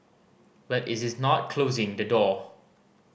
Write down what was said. but it is not closing the door